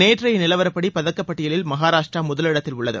நேற்றைய நிலவரப்படி பதக்கப்பட்டியலில் மஹாராஷ்டிரா முதலிடத்தில் உள்ளது